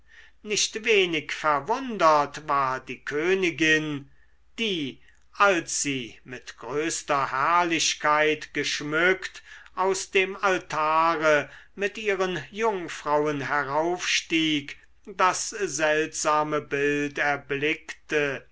nicht wenig verwundert war die königin die als sie mit größter herrlichkeit geschmückt aus dem altare mit ihren jungfrauen heraufstieg das seltsame bild erblickte